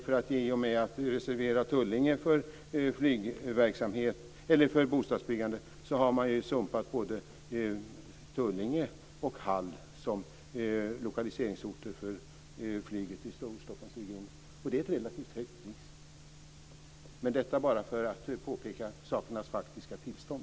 I och med att man reserverat marken vid Tullinge för bostadsbyggande har man sumpat både Tullinge och Hall som lokaliseringsorter för flyget i Storstockholmsregionen. Det är ett relativt högt pris. Detta sagt bara för att påpeka sakernas faktiska tillstånd.